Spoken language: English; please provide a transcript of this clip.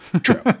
True